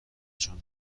چون